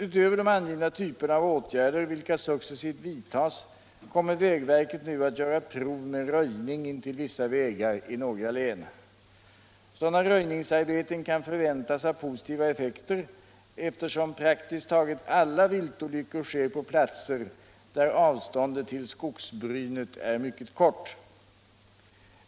Utöver de angivna typerna av åtgärder vilka successivt vidtas kommer vägverket nu att göra prov med röjning intill vissa vägar i några län. Sådana röjningsarbeten kan förväntas ha positiva effekter, eftersom praktiskt taget alla viltolyckor sker på platser där avståndet till skogsbrynet är mycket kort.